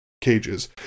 cages